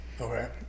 Okay